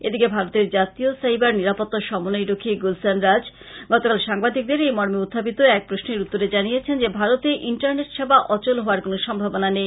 এদিকে ভারতের জাতীয় সাইবার নিরাপত্তা সমন্বয়রক্ষী গুলসান রাজ গতকাল সাংবাদিকদের এই মর্মে উত্থাপিত এক প্রশ্নের উত্তরে জানিয়েছেন যে ভারতে ইন্টারনেট সেবা অচল হওয়ার কোন সম্ভাবনা নেই